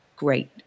great